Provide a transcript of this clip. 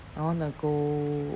I want to go